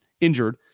injured